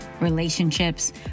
relationships